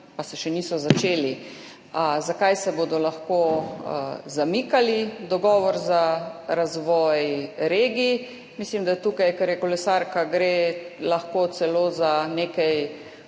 pa se še niso začeli, zamikali, dogovor za razvoj regij, mislim, da tukaj, ker je kolesarka, gre lahko celo za nekaj